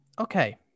Okay